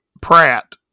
Pratt